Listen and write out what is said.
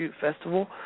Festival